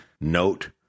note